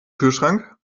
kühlschrank